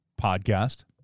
podcast